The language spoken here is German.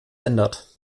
ändert